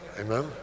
Amen